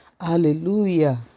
Hallelujah